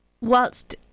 whilst